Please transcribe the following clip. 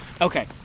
Okay